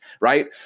right